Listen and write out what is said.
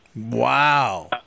Wow